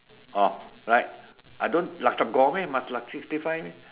oh right I don't hokkien meh must like sixty five meh